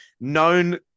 known